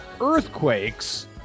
earthquakes